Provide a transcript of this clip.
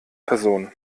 personen